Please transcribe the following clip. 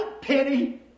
penny